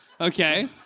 okay